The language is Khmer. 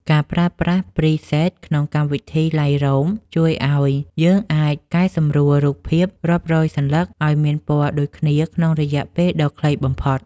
ការប្រើប្រាស់ ព្រីសេត ក្នុងកម្មវិធី ឡៃរូម ជួយឱ្យយើងអាចកែសម្រួលរូបភាពរាប់រយសន្លឹកឱ្យមានពណ៌ដូចគ្នាក្នុងរយៈពេលដ៏ខ្លីបំផុត។